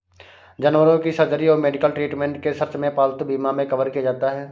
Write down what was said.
जानवरों की सर्जरी और मेडिकल ट्रीटमेंट के सर्च में पालतू बीमा मे कवर किया जाता है